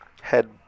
head